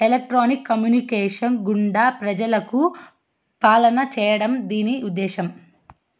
electronics communications గుండా ప్రజలకు పాలన చేయడం దీని ఉద్దేశం